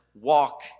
walk